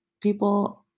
people